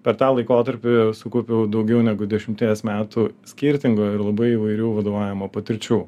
per tą laikotarpį sukaupiau daugiau negu dešimties metų skirtingų ir labai įvairių vadovavimo patirčių